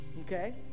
Okay